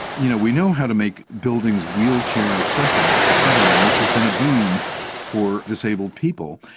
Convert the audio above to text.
you know we know how to make buildings wheelchair accessible et cetera, and this has been a boon for disabled people.